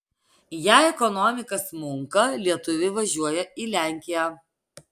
jei ekonomika smunka lietuviai važiuoja į lenkiją